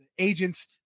Agents